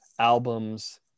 albums